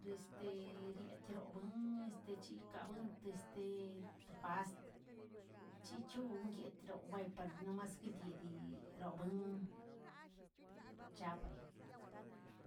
Este rieꞌ kiorioꞌ buin este chica buuin este de past chichon guietro buiy par nomaskeꞌl ldiꞌ ero buin chapaay.